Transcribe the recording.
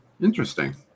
Interesting